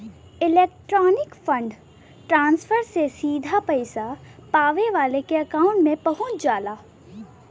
electronic fund transfer से सीधे पइसा पावे वाले के अकांउट में पहुंच जाला